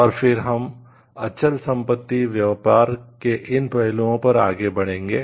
और फिर हम अचल संपत्ति व्यापार के इन पहलुओं पर आगे बढ़ेंगे